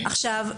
עכשיו,